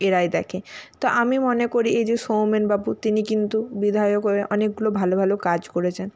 এরাই দেখে তো আমি মনে করি এই যে সৌমেনবাবু তিনি কিন্তু বিধায়ক হয়ে অনেকগুলো ভালো ভালো কাজ করেছেন